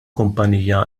kumpanija